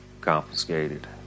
confiscated